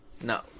No